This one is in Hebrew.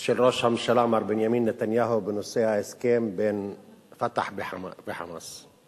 של ראש הממשלה מר בנימין נתניהו בנושא ההסכם בין ה"פתח" ו"חמאס",